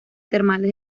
termales